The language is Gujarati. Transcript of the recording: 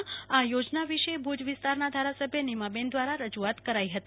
ખાસ કરીને આ થોજના વિષે ભુજ વિસ્તારના ધારાસભ્ય નીમાબહેન દ્વારા રજૂઆત કરી હતી